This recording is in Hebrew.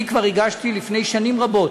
אני כבר הגשתי לפני שנים רבות,